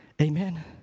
amen